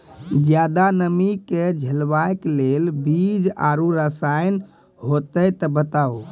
ज्यादा नमी के झेलवाक लेल बीज आर रसायन होति तऽ बताऊ?